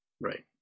Right